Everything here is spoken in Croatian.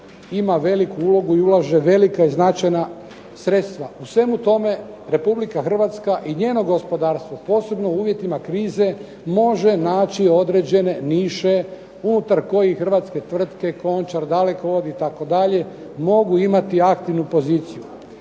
ima veliku ulogu i ulaže velika i značajna sredstva. U svemu tome Republika Hrvatska i njeno gospodarstvo, posebno u uvjetima krize, može naći određene niše unutar kojih hrvatske tvrtke Končar, Dalekovod itd., mogu imati aktivnu poziciju.